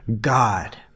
God